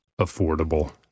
affordable